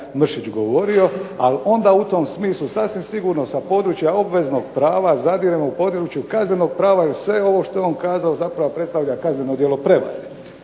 Mršić govorio, ali onda u tom smislu sasvim sigurno sa područja obveznog prava zadiremo u područje kaznenog prava jer sve ovo što je on kazao zapravo predstavlja kazneno djelo prevare.